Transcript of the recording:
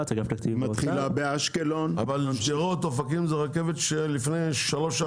אבל שדרות ואופקים זו רכבת של לפני שלוש,